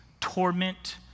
torment